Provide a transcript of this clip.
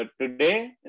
today